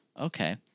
Okay